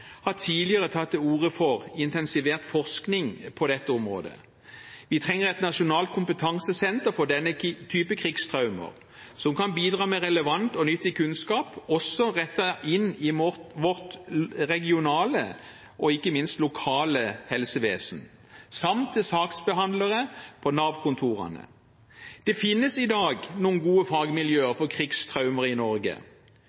tidligere tatt til orde for intensivert forskning på dette området. Vi trenger et nasjonalt kompetansesenter for denne typen krigstraumer, som kan bidra med relevant og nyttig kunnskap også rettet inn mot vårt regionale og ikke minst lokale helsevesen, samt til saksbehandlere på Nav-kontorene. Det finnes i dag noen gode